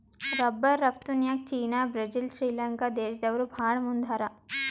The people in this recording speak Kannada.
ರಬ್ಬರ್ ರಫ್ತುನ್ಯಾಗ್ ಚೀನಾ ಬ್ರೆಜಿಲ್ ಶ್ರೀಲಂಕಾ ದೇಶ್ದವ್ರು ಭಾಳ್ ಮುಂದ್ ಹಾರ